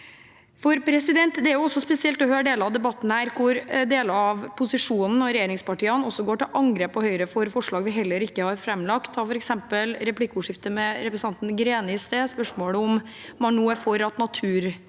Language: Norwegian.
verdens ting. Det er også spesielt å høre deler av debatten der deler av posisjonen og regjeringspartiene går til angrep på Høyre for forslag vi ikke har framlagt. Ta f.eks. replikkordskiftet med representanten Greni i sted og spørsmålet om man nå er for at